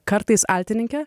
kartais altininke